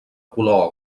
color